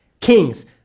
kings